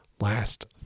last